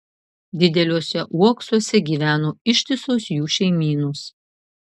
dideliuose uoksuose gyveno ištisos jų šeimynos